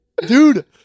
Dude